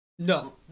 No